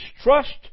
trust